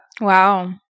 Wow